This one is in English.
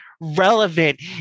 relevant